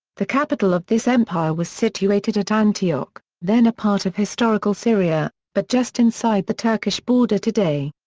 the capital of this empire was situated at antioch, then a part of historical syria, but just inside the turkish border today.